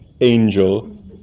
angel